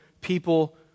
people